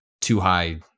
too-high